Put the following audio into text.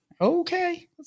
Okay